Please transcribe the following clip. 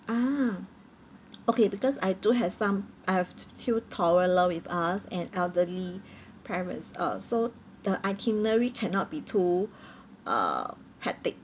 ah okay because I do have some I've tw~ two toddlers with us and elderly parents uh so the itinerary cannot be too uh hectic